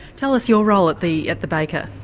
tell us your role at the at the baker.